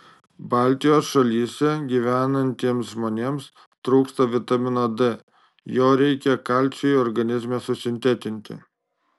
baltijos šalyse gyvenantiems žmonėms trūksta vitamino d jo reikia kalciui organizme susintetinti